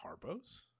Harpo's